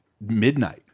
midnight